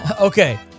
Okay